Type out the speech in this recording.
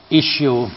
issue